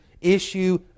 issue